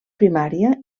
primària